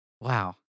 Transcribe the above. Wow